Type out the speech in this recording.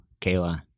Kayla